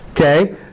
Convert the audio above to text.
Okay